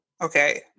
okay